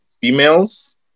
females